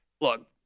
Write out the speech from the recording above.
look